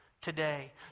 today